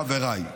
חבריי,